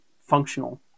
functional